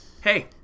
Hey